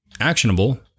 actionable